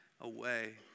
away